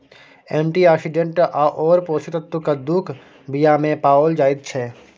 antioxidant आओर पोषक तत्व कद्दूक बीयामे पाओल जाइत छै